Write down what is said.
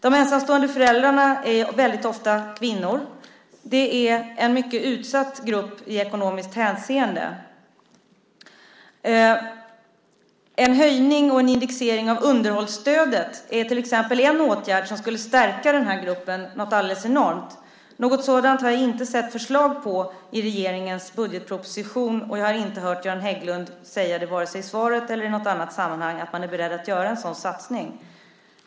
De ensamstående föräldrarna är väldigt ofta kvinnor. Det är en mycket utsatt grupp i ekonomiskt hänseende. En höjning och en indexering av underhållsstödet är till exempel en åtgärd som skulle stärka den gruppen något alldeles enormt. Något sådant har jag inte sett förslag på i regeringens budgetproposition. Jag har inte hört Göran Hägglund säga vare sig i svaret eller i något annat sammanhang att man är beredd att göra en sådan satsning.